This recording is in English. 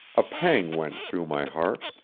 a pang went through my heart,